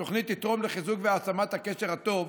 התוכנית תתרום לחיזוק והעצמת הקשר הטוב